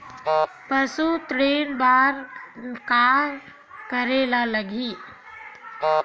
पशु ऋण बर का करे ला लगही?